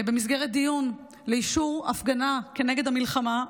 במסגרת דיון לאישור הפגנה כנגד המלחמה,